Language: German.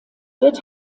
wird